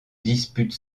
dispute